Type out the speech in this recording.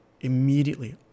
Immediately